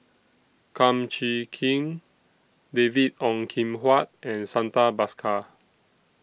Kum Chee Kin David Ong Kim Huat and Santha Bhaskar